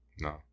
No